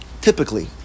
typically